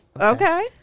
okay